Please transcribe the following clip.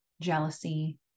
jealousy